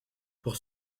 pour